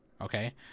okay